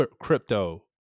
crypto